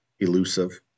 elusive